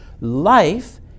Life